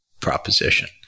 proposition